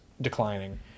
declining